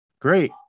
Great